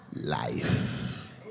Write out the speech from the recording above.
life